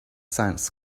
science